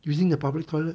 using the public toilet